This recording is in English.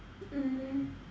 mm